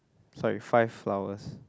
sorry five flowers